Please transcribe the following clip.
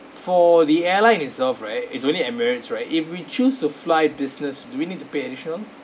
for the airline itself right is really emirates right if we choose to fly business do we need to pay additional